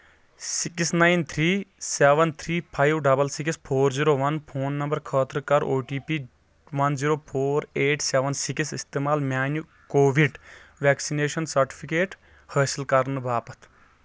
six nine three seven three five double six four zero one phone نمبرٕ خٲطرٕ کر O T P one zero four eight seven six استعمال میٲنہِ covid vaccination certificate حٲصِل کرنہٕ باپتھ